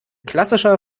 klassischer